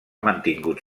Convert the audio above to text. mantingut